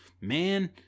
Man